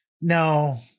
No